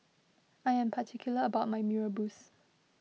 I am particular about my Mee Rebus